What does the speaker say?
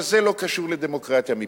אבל זה לא קשור לדמוקרטיה מבחינתו.